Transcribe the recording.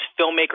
filmmakers